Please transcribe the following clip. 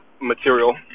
material